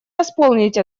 восполнить